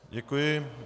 Děkuji.